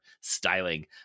styling